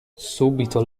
subito